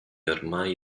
ormai